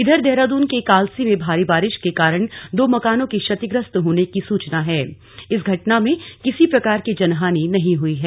इधर देहरादून के कालसी में भारी बारिश के कारण दो मकानों के क्षतिग्रस्त होने की सूचना है इस घटना में किसी प्रकार की जनहानि नही हुई है